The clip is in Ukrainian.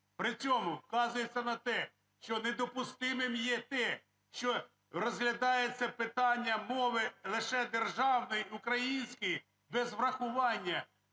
При цьому вказується на те, що недопустимим є те, що розглядається питання мови лише державної української без урахування